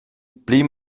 pli